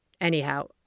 Anyhow